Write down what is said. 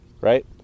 right